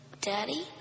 Daddy